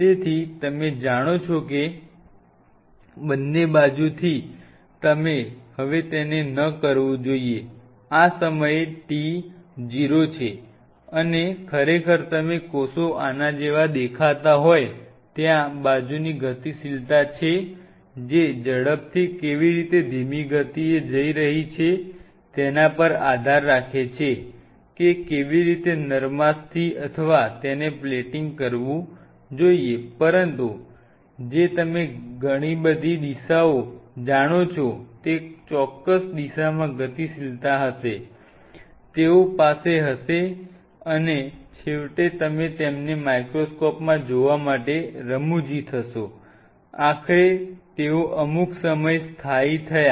તેથી તમે જાણો છો કે બંને બાજુથી હવે તેને ન કરવું જોઈએ આ સમય T 0 છે અને ખરેખર તમે કોષો આના જેવા દેખાતા હોવ ત્યાં બાજુની ગતિશીલતા છે જે ઝડપથી કેવી રીતે ધીમી ગતિએ થઈ રહી છે તેના પર આધાર રાખે છે કે કેવી રીતે નરમાશથી અથવા તેને પ્લેટિંગ કરવું પરંતુ જે તમે બધી દિશાઓ જાણો છો તે ચોક્કસ દિશામાં ગતિશીલતા હશે તેઓ પાસે હશે અને છેવટે તમે તેમને માઇક્રોસ્કોપમાં જોવા માટે રમુજી થશો આખરે તેઓ અમુક સમયે સ્થાયી થયા